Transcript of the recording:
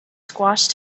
squashed